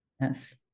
Yes